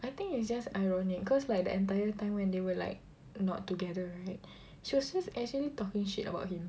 I think it's just ironic cause like the entire time when they were like not together right she was just actually talking shit about him